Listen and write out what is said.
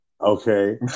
Okay